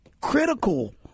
critical